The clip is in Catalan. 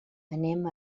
anem